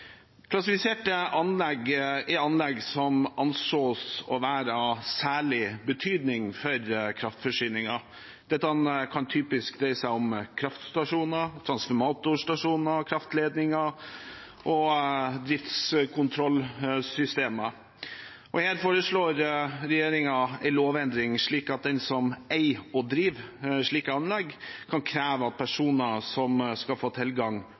Klassifiserte anlegg er anlegg som anses å være av særlig betydning for kraftforsyningen. Dette kan typisk dreie seg om kraftstasjoner, transformatorstasjoner, kraftledninger og driftskontrollsystemer. Her foreslår regjeringen en lovendring, slik at den som eier og driver slike anlegg, kan kreve at personer som skal få tilgang,